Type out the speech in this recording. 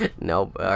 Nope